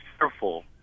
fearful